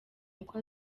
uko